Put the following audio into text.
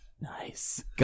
nice